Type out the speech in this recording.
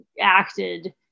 acted